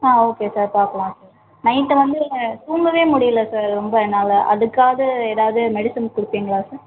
ஆ okay sir பார்க்கலாம் sir night வந்து தூங்கவே முடியலை சார் ரொம்ப நாளாக அதுக்காவது ஏதாவது மெடிசின் கொடுப்பீங்களா சார்